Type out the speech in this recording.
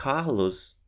Carlos